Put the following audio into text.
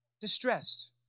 Distressed